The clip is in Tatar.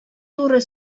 туры